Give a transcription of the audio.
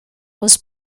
was